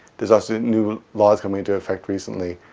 there's also new laws coming into effect recently